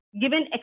given